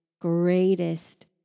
greatest